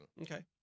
Okay